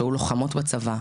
שהיו לוחמות בצבא,